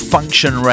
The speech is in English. Function